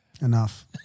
Enough